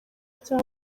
bya